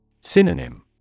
Synonym